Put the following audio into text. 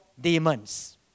demons